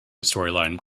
storyline